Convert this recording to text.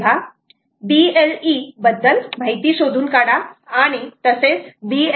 तेव्हा BLE बद्दल माहिती शोधून काढा आणि तसेच BLE 4